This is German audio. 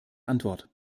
antwort